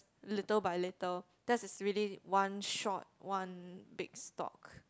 little by little theirs is really one short one big stock